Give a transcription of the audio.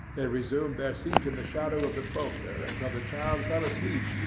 they resumed their seat in the shadow of the boulder until the child fell asleep,